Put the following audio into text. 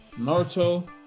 Naruto